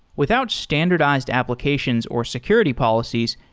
without standardized applications or security policies,